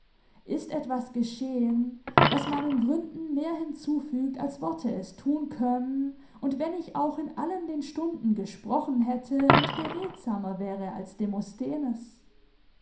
ist etwas geschehen was meinen gründen mehr hinzufügt als worte es tun können und wenn ich auch in allen den stunden gesprochen hätte und beredsamer wäre als